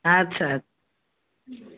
ଆଚ୍ଛା